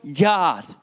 God